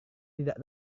tidak